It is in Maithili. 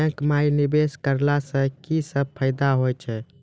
बैंको माई निवेश कराला से की सब फ़ायदा हो छै?